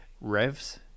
Revs